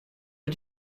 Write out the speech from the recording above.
did